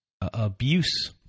abuse